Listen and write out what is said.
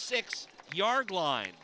six yard line